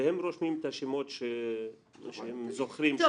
והם רושמים את השמות שהם זוכרים,